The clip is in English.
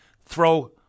throw